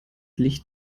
licht